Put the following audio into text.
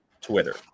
Twitter